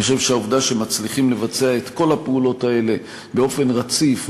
אני חושב שהעובדה שמצליחים לבצע את כל הפעולות האלה באופן רציף,